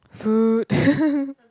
food